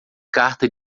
carta